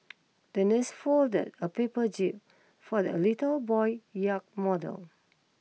the nurse folded a paper jib for the a little boy yacht model